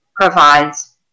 provides